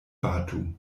batu